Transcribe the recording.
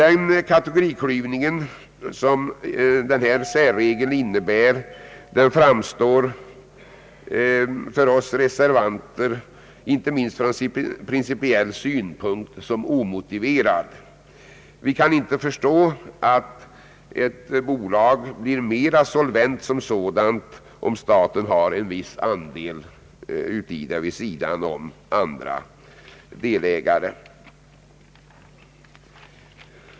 Den kategoriklyvning som denna särregel innebär framstår för oss reservanter, inte minst ur principiell synpunkt, som omotiverad. Vi kan inte förstå att ett bolag blir mera solvent som sådant om staten har en viss andel i det vid sidan om andra delägare.